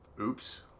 oops